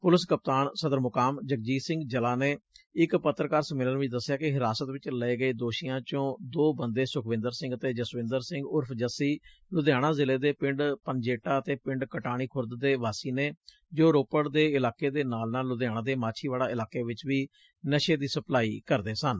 police ਕਪਤਾਨ ਸੱਦਰਮੁਕਾਮ ਜਗਜੀਤ ਸਿੰਘ ਜਲਾ ਨੇ ਇਕ ਪੱਤਰਕਾਰ ਸੰਮੇਲਨ ਚ ਦਸਿਐ ਕਿ ਹਿਰਾਸਤ ਵਿਚ ਲਏ ਗਏ ਦੋਸ਼ੀਆਂ ਚੋ ਦੋ ਬੰਦੇ ਸੁਖਵਿੰਦਰ ਸਿੰਘ ਅਤੇ ਜਸਵਿੰਦਰ ਸਿੰਘ ਉਰਫ ਜੱਸੀ ਲੁਧਿਆਣਾ ਜ਼ਿਲ਼ੇ ਦੇ ਪਿੰਡ ਪਨਜੇਟਾ ਅਤੇ ਪਿੰਡ ਕਟਾਨੀ ਖੁਰਦ ਦੇ ਵਾਸੀ ਨੇ ਜੋ ਰੋਪੜ ਦੇ ਇਲਾਕੇ ਦੇ ਨਾਲ ਨਾਲ ਲੁਧਿਆਣਾ ਦੇ ਮਾਛੀਵਾੜਾ ਇਲਾਕੇ ਚ ਵੀ ਨਸ਼ੇ ਦੀ ਸਪਲਾਈ ਕਰਦੇ ਸਨ